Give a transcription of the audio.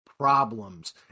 Problems